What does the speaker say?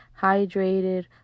hydrated